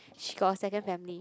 she got a second family